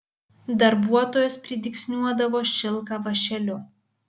darbuotojos pridygsniuodavo šilką vąšeliu